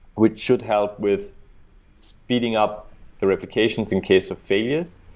which should help with speeding up the replications in case of failures.